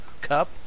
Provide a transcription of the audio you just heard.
Cup